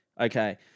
Okay